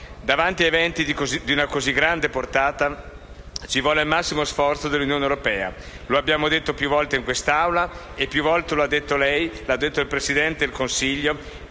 Davanti a eventi di una così grande portata, ci vuole il massimo sforzo dell'Unione europea. Lo abbiamo detto più volte in quest'Aula e più volte lo ha detto lei, lo ha detto il Presidente del Consiglio,